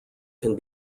can